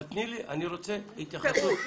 אבל אני רוצה התייחסות.